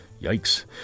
Yikes